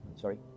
Sorry